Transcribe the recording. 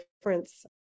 difference